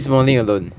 this morning alone